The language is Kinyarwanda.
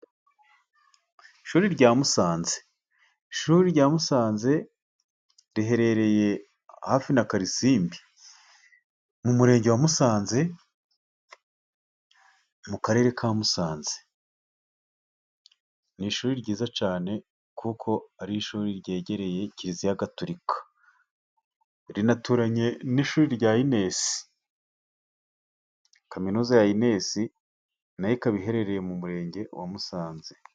Ishuri rya Musanze, ishuri rya Musanze riherereye hafi na Karilisimbi, mu murenge wa Musanze mu karere ka Musanze, ni ishuri ryiza cyane kuko ari ishuri ryegereye Kiliziya Gatorika, rinaturanye n'ishuri rya Inesi kaminuza ya Inesi nayo ikaba iherereye mu murenge wa Musanze.